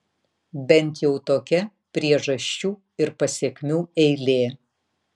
bent jau tokia priežasčių ir pasekmių eilė